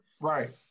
Right